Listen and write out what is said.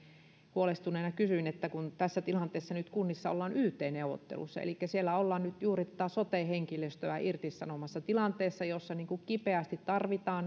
huolestuneena totesin että tässä tilanteessa nyt kunnissa ollaan yt neuvotteluissa elikkä siellä ollaan nyt juuri tätä sote henkilöstöä irtisanomassa tilanteessa jossa kipeästi tarvitaan